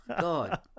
god